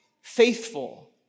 faithful